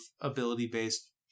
ability-based